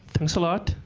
thanks a lot.